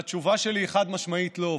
והתשובה שלי היא חד-משמעית לא.